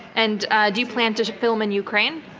and ah do you plan to to film in ukraine?